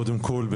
קודם כול,